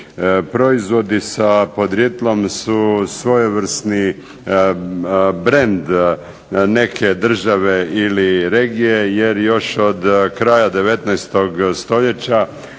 Proizvodi sa podrijetlom su svojevrsni brend neke države ili regije jer još od kraja 19. stoljeća,